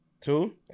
Two